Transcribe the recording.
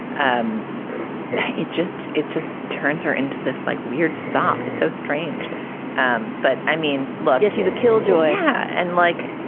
um it just it just turns her into this like weird sob. it's so strange and but i mean, look, she's a killjoy yeah and like,